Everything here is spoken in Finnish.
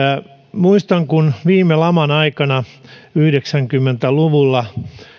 muistan kun viime laman aikana yhdeksänkymmentä luvulla